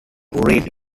buried